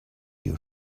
you